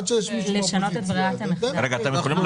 כמובן.